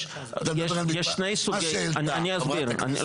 אני אסביר ,